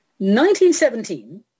1917